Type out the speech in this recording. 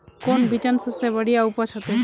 कौन बिचन सबसे बढ़िया उपज होते?